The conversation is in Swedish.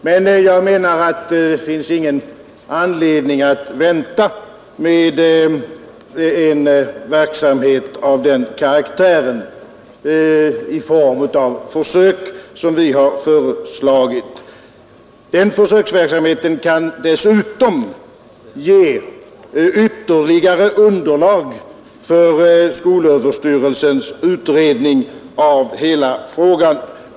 Men det finns inte någon anledning att vänta med den av oss föreslagna försöksverksamheten av denna karaktär. Den försöksverksamheten kan dessutom ge ytterligare underlag för skolöverstyrelsens utredning av hela frågan.